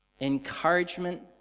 Encouragement